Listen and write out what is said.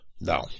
no